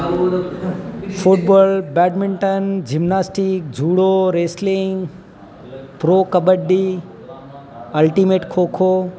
football badminton gymnastic judo racing બ્રો kabaddi ultimate kho kho